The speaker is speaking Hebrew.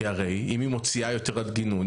כי הרי אם היא מוציאה יותר על גינון,